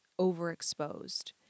overexposed